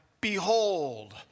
Behold